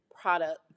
product